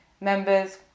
members